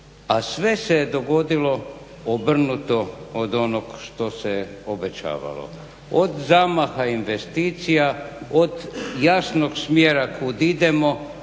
a sve se je dogodilo obrnuto od onog što se obećavalo. Od zamaha investicija, od jasnog smjera kud idemo,